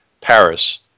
paris